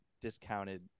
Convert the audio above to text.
discounted